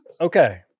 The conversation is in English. Okay